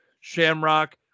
Shamrock